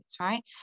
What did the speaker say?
right